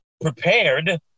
prepared